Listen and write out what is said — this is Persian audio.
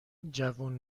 جوون